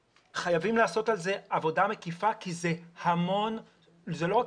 חייבים לעשות על זה עבודה מקיפה כי זאת לא רק